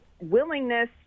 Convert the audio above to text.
willingness